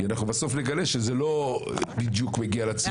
כי אנחנו בסוף נגלה שזה לא בדיוק מגיע לציבור.